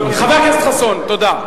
חבר הכנסת חסון, תודה.